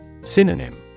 Synonym